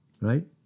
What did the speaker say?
Right